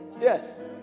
Yes